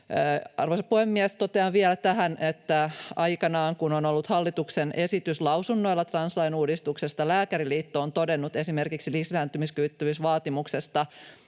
Arvoisa puhemies! Totean vielä tähän, että aikanaan, kun hallituksen esitys translain uudistuksesta on ollut lausunnoilla, Lääkäriliitto on todennut esimerkiksi lisääntymiskyvyttömyysvaatimuksesta,